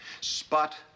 spot